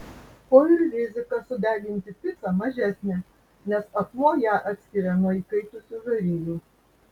o ir rizika sudeginti picą mažesnė nes akmuo ją atskiria nuo įkaitusių žarijų